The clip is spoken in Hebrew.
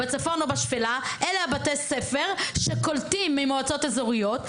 בצפון או בשפלה אלה בתי הספר שקולטים ממועצות אזוריות,